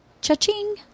cha-ching